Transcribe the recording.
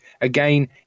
again